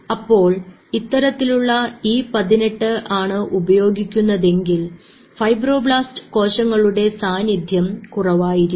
അപ്പോൾ ഇത്തരത്തിൽ E 18 ആണ് ഉപയോഗിക്കുന്നതെങ്കിൽ ഫൈബ്രോ ബ്ലാസ്റ് കോശങ്ങളുടെ സാന്നിധ്യം കുറവായിരിക്കും